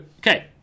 Okay